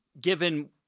given